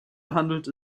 handelte